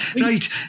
right